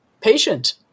patient